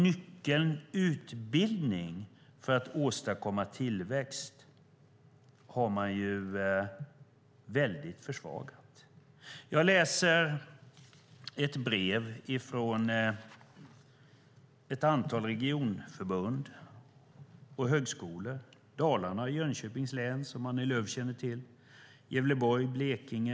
Nyckeln utbildning för att åstadkomma tillväxt har man alltså försvagat mycket. Jag har läst ett brev från ett antal regionförbund och högskolor i Dalarna och Jönköpings län, som Annie Lööf känner till, och i Gävleborg och Blekinge.